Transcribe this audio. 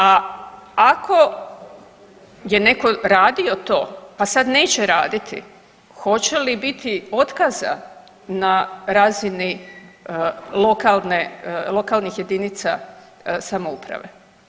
A ako je netko radio to, pa sad neće raditi hoće li biti otkaza na razini lokalne, lokalnih jedinica samouprave.